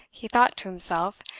he thought to himself,